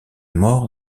mort